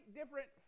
different